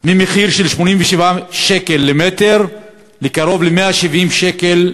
מ-87 שקל למטר לקרוב ל-170 שקל למטר.